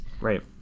Right